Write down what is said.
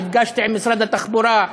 נפגשתי עם משרד התחבורה,